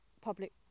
public